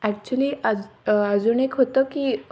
actually आज अजून एक होतं की